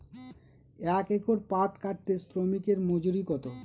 এক একর পাট কাটতে শ্রমিকের মজুরি কত?